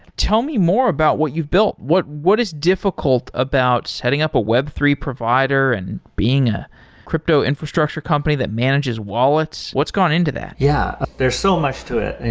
tell me more about what you've built. what what is difficult about setting up a web three provider and being a crypto infrastructure company that manages wallets? what's going into that? yeah. there's so much to it.